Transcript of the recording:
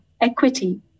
equity